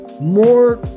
More